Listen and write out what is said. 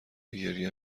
گریه